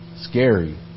scary